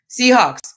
Seahawks